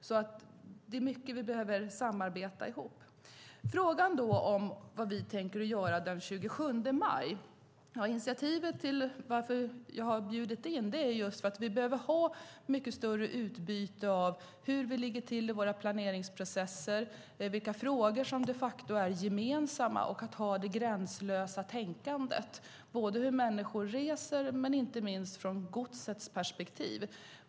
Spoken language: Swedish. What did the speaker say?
Det är mycket vi behöver samarbeta om. Frågan var vad vi tänker göra den 27 maj. Jag har tagit initiativet till att bjuda in just för att vi behöver ha ett mycket större utbyte av hur vi ligger till i våra planeringsprocesser, vilka frågor som de facto är gemensamma. Vi behöver ha det gränslösa tänkandet när det gäller hur människor reser och inte minst perspektivet hur godset transporteras.